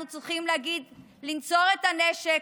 אנחנו צריכים להגיד: לנצור את הנשק,